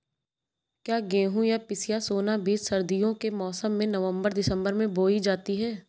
क्या गेहूँ या पिसिया सोना बीज सर्दियों के मौसम में नवम्बर दिसम्बर में बोई जाती है?